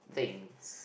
thinks